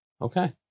Okay